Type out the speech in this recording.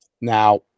now